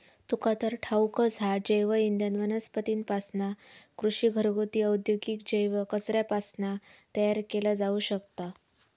तुका तर ठाऊकच हा, जैवइंधन वनस्पतींपासना, कृषी, घरगुती, औद्योगिक जैव कचऱ्यापासना तयार केला जाऊ शकता